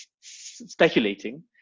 speculating